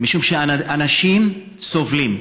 משום שאנשים סובלים,